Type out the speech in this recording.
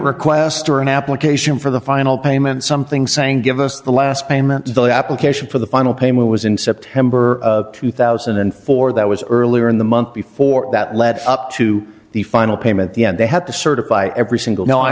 request or an application for the final payment something saying give us the last payment of the application for the final payment was in september two thousand and four that was earlier in the month before that led up to the final payment the end they had to certify every single no i